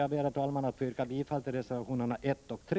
Jag ber därför att få yrka bifall till reservationerna 1 och 3.